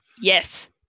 Yes